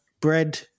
bread